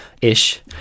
ish